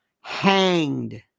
Hanged